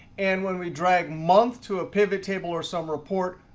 and when we drag month to a pivot table or some report,